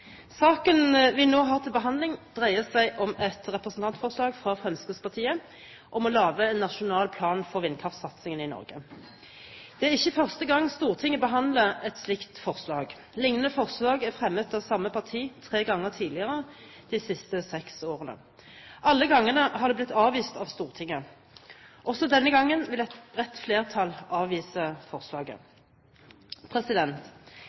Saken vi nå har til behandling, dreier seg om et representantforslag fra Fremskrittspartiet om å lage en nasjonal plan for vindkraftsatsingen i Norge. Det er ikke første gang Stortinget behandler et slikt forslag. Lignende forslag er fremmet av samme parti tre ganger tidligere de siste seks årene. Alle gangene har det blitt avvist av Stortinget. Også denne gangen vil et bredt flertall avvise forslaget.